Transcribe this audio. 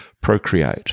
Procreate